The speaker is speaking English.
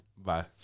Bye